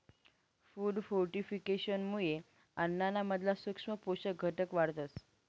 food फोर्टिफिकेशनमुये अन्नाना मधला सूक्ष्म पोषक घटक वाढतस